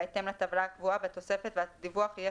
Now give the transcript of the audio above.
בהתאם לטבלה הקבועה בתוספת והדיווח יהיה